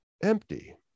Empty